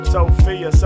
Sophia